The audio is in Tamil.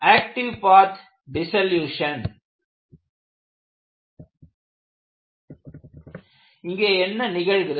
ஆக்டிவ் பாத் டிசலூஷன் இங்கே என்ன நிகழ்கிறது